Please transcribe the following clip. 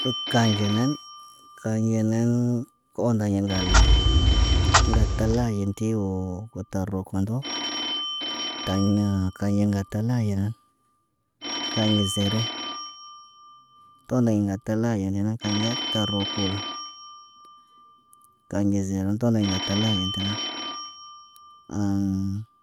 Kə kanɟenan, kanɟenann kə ondeɲa ŋgal ɗa? Ŋɣal talaɟi yin tə woo, got ta rokondo. Taɲa kaɲa ŋgal talayana. Kaɲa zere, tondey ŋgal talayi gena, kaɲ ta rukulu. Kanɟe zere tolaɲ ŋgal talaɟa tina.